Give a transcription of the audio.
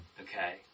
okay